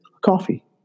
coffee